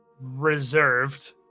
reserved